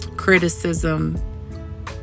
criticism